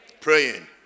Praying